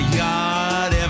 yard